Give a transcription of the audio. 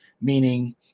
meaning